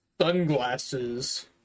Sunglasses